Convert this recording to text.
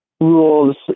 rules